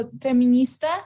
feminista